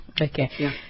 Okay